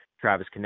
Travis